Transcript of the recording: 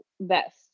best